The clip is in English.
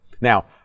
Now